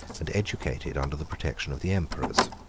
and educated under the protection of the emperors.